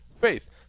faith